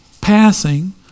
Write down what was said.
passing